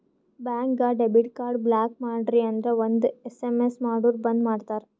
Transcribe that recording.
ಬ್ಯಾಂಕ್ಗ debit card block ಮಾಡ್ರಿ ಅಂತ್ ಒಂದ್ ಎಸ್.ಎಮ್.ಎಸ್ ಮಾಡುರ್ ಬಂದ್ ಮಾಡ್ತಾರ